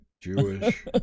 Jewish